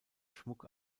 schmuck